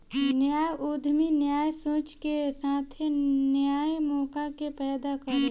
न्या उद्यमी न्या सोच के साथे न्या मौका के पैदा करेला